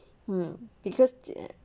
mm because it